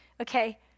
okay